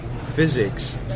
physics